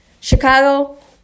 Chicago